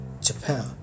Japan